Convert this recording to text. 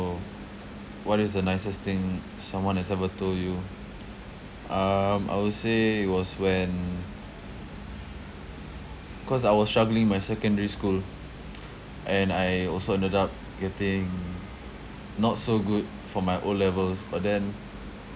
~o what is the nicest thing someone has ever told you um I would say it was when cause I was struggling in my secondary school and I also ended up getting not so good for my O levels but then